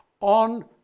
on